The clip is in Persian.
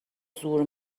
زور